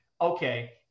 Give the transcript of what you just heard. okay